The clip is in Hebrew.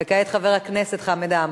וכעת, חבר הכנסת חמד עמאר.